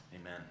amen